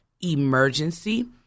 emergency